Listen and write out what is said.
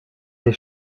des